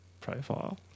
profile